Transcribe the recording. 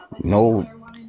No